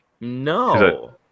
No